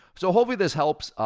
so hopefully, this helps.